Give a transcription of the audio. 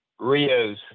Rios